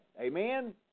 Amen